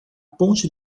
ponte